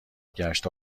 گشت